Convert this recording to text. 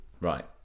Right